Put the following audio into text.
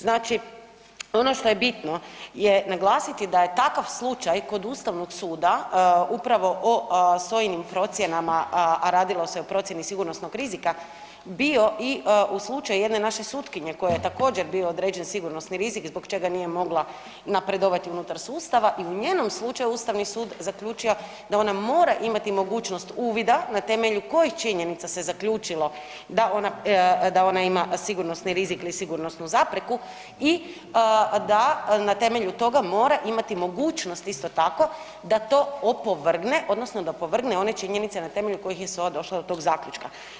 Znači, ono što je bitno je naglasiti da je takav slučaj kod Ustavnog suda upravo o SOA-inim procjenama, a radilo se o procjeni sigurnosnog rizika bio i u slučaju jedne naše sutkinje kojoj je također bio određen sigurnosni rizik zbog čega nije mogla napredovati unutar sustava i u njenom slučaju Ustavni sud zaključio da ona mora imati mogućnost uvida na temelju kojih činjenica se zaključilo da ona, da ona ima sigurnosni rizik ili sigurnosnu zapreku i da na temelju toga mora imati mogućnost isto tako da to opovrgne odnosno da opovrgne one činjenice na temelju kojih je SOA došla do tog zaključka.